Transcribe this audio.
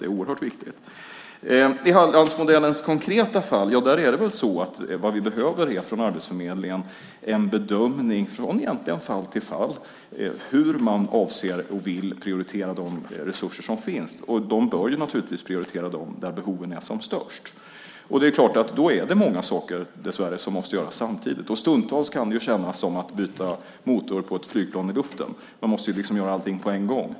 När det gäller Hallandsmodellen konkret är det väl så att vi från Arbetsförmedlingen egentligen från fall till fall behöver en bedömning av hur man avser att, och vill, prioritera de resurser som finns. Naturligtvis bör de prioriteras dit där behoven är som störst. Då är det dessvärre många saker som måste göras samtidigt. Stundtals kan det kännas som att byta motor på ett flygplan i luften. Man måste liksom göra allting på en gång.